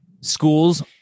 schools